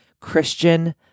Christian